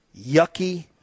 yucky